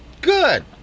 Good